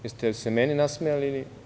Jeste li se meni nasmejali?